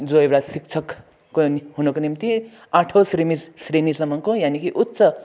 जो एउटा शिक्षकको हुनुको निम्ति आठौँ श्रेणी श्रेणीसम्मको यानि कि उच्च